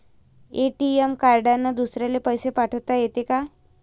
ATM कार्डने दुसऱ्याले पैसे पाठोता येते का?